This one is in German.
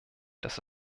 dass